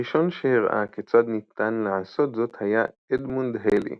הראשון שהראה כיצד ניתן לעשות זאת היה אדמונד היילי